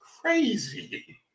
crazy